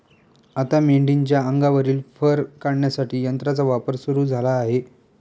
आता मेंढीच्या अंगावरील फर काढण्यासाठी यंत्राचा वापर सुरू झाला आहे